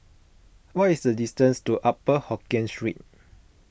what is the distance to Upper Hokkien Street